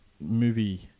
movie